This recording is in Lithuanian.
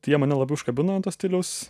tai jie mane labai užkabino an to stiliaus